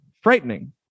frightening